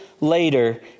later